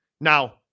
Now